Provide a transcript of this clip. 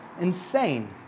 insane